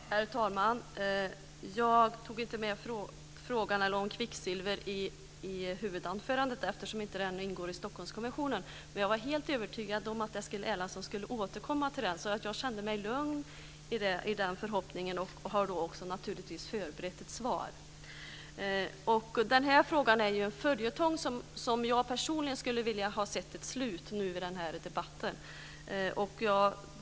Herr talman! Jag tog inte upp frågan om kvicksilver i mitt huvudanförande eftersom den inte ingår i Stockholmskonventionen. Men jag var helt övertygad om att Eskil Erlandsson skulle återkomma till den. Jag kände mig därför lugn i den förhoppningen, och jag har naturligtvis förberett ett svar. Den här frågan är en följetong som jag personligen skulle vilja se ett slut på i denna debatt.